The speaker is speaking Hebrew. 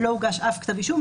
לא הוגש אף כתב אישום,